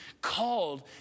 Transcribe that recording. called